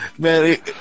Man